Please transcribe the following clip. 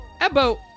Ebo